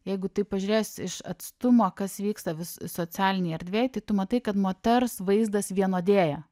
jeigu taip pažiūrėjus iš atstumo kas vyksta socialinėj erdvėj tai tu matai kad moters vaizdas vienodėja